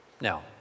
Now